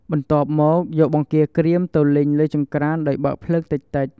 បន្ទាប់មកយកបង្គារក្រៀមទៅលីងលើចង្ក្រានដោយបើកភ្លើងតិចៗ។